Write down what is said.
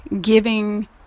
giving